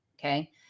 Okay